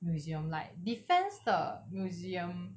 museum like defence 的 museum